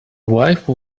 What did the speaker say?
wife